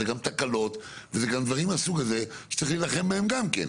זה גם תקלות וזה גם דברים מהסוג הזה שצריך להילחם בהם גם כן.